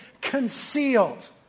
concealed